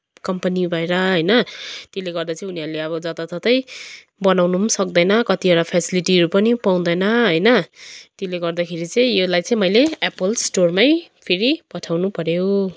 company भएर होइन त्यसले गर्दा चाहिँ उनीहरूले अब जताततै बनाउन पनि सक्दैन कतिवटा फेसिलिटीहरू पनि पाउँदैन होइन त्यसले गर्दाखेरि चाहिँ यसलाई चाहिँ मैले एप्पल स्टोरमै फेरि पठाउनु पर्यो